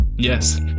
Yes